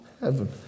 heaven